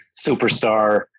superstar